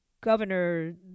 governor